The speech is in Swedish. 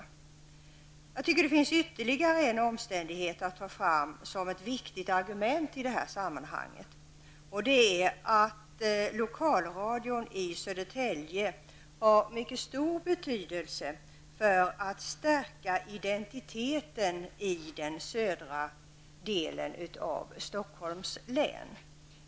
Enligt min mening finns det ytterligare en omständighet som man kan lyfta fram som ett viktigt argument i det här sammanhanget, nämligen att lokalradion i Södertälje har mycket stor betydelse när det gäller att stärka identiteten i fråga om den södra delen av Stockholms län.